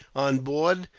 on board,